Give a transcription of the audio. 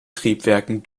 triebwerken